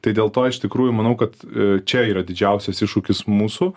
tai dėl to iš tikrųjų manau kad čia yra didžiausias iššūkis mūsų